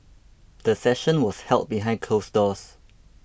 the session was held behind closed doors